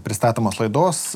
pristatomos laidos